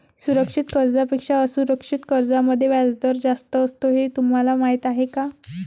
सुरक्षित कर्जांपेक्षा असुरक्षित कर्जांमध्ये व्याजदर जास्त असतो हे तुम्हाला माहीत आहे का?